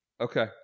Okay